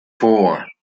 four